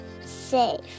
safe